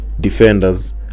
defenders